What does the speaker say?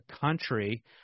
country